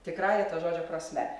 tikrąja to žodžio prasme